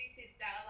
sister